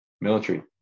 military